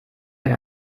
mehr